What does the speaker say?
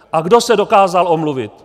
A kdo se dokázal omluvit?